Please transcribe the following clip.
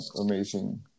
amazing